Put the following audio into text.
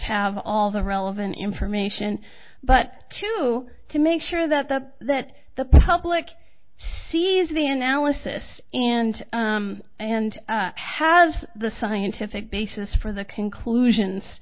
have all the relevant information but to to make sure that the that the public sees the analysis and and has the scientific basis for the conclusions